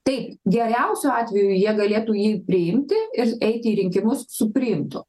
tai geriausiu atveju jie galėtų jį priimti ir eiti į rinkimus su priimtu